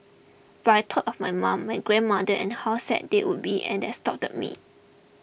but I thought of my mum my grandmother and how sad they would be and that stopped me